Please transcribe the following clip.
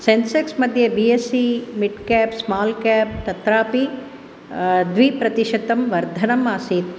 सेन्सेक्स्मध्ये B S E mid cap small cap तत्रापि द्वि प्रतिशतं वर्धनम् आसीत्